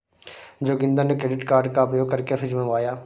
जोगिंदर ने credit card का उपयोग करके फ्रिज मंगवाया